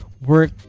work